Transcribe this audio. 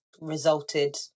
resulted